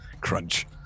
Crunch